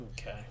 Okay